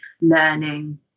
learning